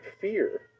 fear